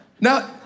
Now